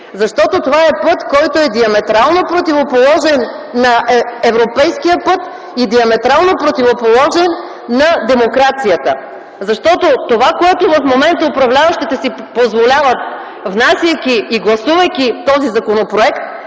съюз. Това е път, който е диаметрално противоположен на европейския път и диаметрално противоположен на демокрацията, защото това, което в момента си позволяват управляващите, внасяйки и гласувайки този законопроект,